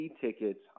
tickets